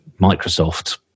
Microsoft